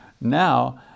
now